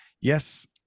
yes